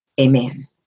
Amen